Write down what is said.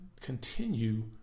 continue